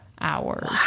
hours